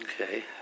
Okay